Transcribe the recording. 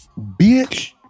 Bitch